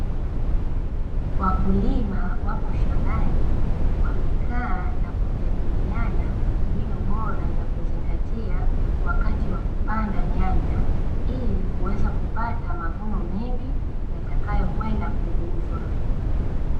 Wakulima wapo shambani wamekaa na kujadiliana mbinu bora za kuzingatia wakati wa kupanda nyanya, ili kuweza kupata mavuno mengi, yatakayokwenda kuuzwa.